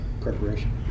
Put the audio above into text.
preparation